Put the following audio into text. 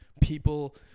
people